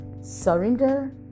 Surrender